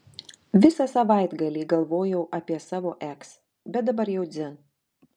visą savaitgalį galvojau apie savo eks bet dabar jau dzin